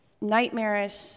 Nightmarish